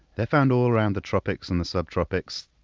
they're found all around the tropics and the subtropics.